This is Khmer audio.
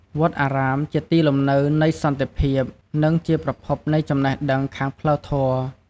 វត្តអារាមជាទីលំនៅនៃសន្តិភាព និងជាប្រភពនៃចំណេះដឹងខាងផ្លូវធម៌។